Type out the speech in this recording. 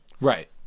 Right